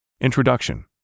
Introduction